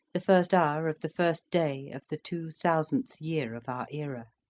the first hour of the first day of the two thousandth year of our era.